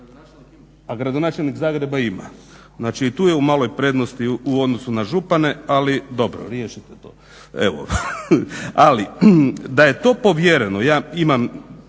a gradonačelnik Zagreba ima, znači i tu je u maloj prednosti u odnosu na župane, ali dobro riješite to. Ali, da je to povjereno, ja imam,